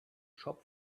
shop